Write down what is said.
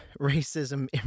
racism